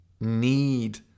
need